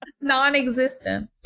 non-existent